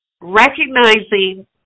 recognizing